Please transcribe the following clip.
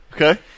Okay